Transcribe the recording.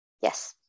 Yes